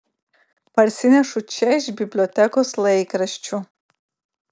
parsinešu čia iš bibliotekos laikraščių